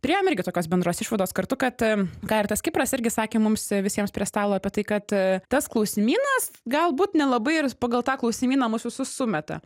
priėjom irgi tokios bendros išvados kartu kad ką ir tas kipras irgi sakė mums visiems prie stalo apie tai kad tas klausimynas galbūt nelabai ir pagal tą klausimyną mus visus sumeta